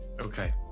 Okay